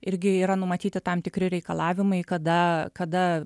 irgi yra numatyti tam tikri reikalavimai kada kada